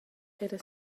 eri